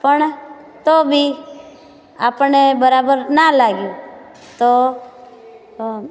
પણ તો બી આપણને બરાબર ના લાગ્યું તો